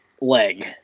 leg